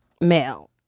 male